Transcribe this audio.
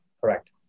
Correct